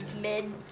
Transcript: Mid